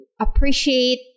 appreciate